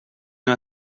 não